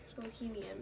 bohemian